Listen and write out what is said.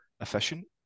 efficient